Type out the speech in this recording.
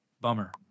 Bummer